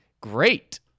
Great